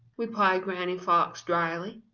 replied granny fox dryly.